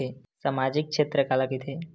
सामजिक क्षेत्र काला कइथे?